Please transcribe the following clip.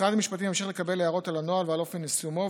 משרד המשפטים ממשיך לקבל הערות על הנוהל ועל אופן יישומו,